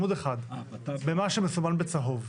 במה שמסומן בצהוב.